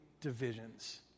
divisions